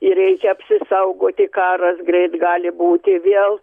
ir reikia apsisaugoti karas greit gali būti vėl